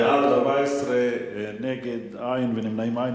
בעד, 14, נגד, אין, ונמנעים, אין.